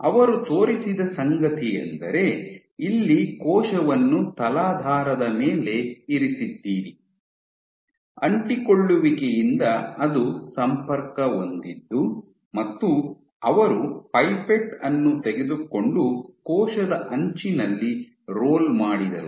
ಅವರು ತೋರಿಸಿದ ಸಂಗತಿಯೆಂದರೆ ಇಲ್ಲಿ ಕೋಶವನ್ನು ತಲಾಧಾರದ ಮೇಲೆ ಇರಿಸಿದ್ದೀರಿ ಅಂಟಿಕೊಳ್ಳುವಿಕೆಯಿಂದ ಅದು ಸಂಪರ್ಕ ಹೊಂದಿದ್ದು ಮತ್ತು ಅವರು ಪೈಪೆಟ್ ಅನ್ನು ತೆಗೆದುಕೊಂಡು ಕೋಶದ ಅಂಚಿನಲ್ಲಿ ರೋಲ್ ಮಾಡಿದರು